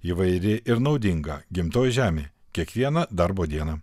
įvairi ir naudinga gimtoji žemė kiekvieną darbo dieną